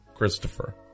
Christopher